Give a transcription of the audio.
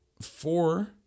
four